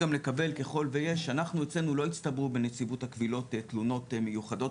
לא הצטברו בנציבות הקבילות תלונות מיוחדות